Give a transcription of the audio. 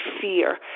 fear